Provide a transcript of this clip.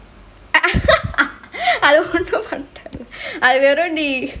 அதா ஒன்னு பன்ன தேவல்ல அத வெரு நீ:athe onnu panne teville athe veru nee